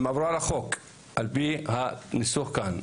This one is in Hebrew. הם עברו על החוק על פי הניסוח כאן.